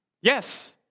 Yes